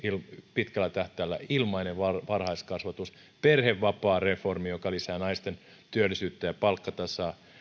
pitkällä tähtäimellä ilmainen varhaiskasvatus perhevapaareformi joka lisää naisten työllisyyttä ja palkkatasa